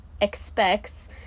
expects